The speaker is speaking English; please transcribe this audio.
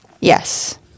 Yes